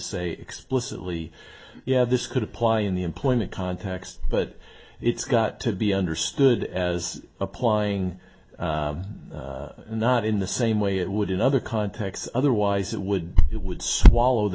say explicitly you have this could apply in the employment context but it's got to be understood as applying and not in the same way it would in other contexts otherwise it would it would swallow the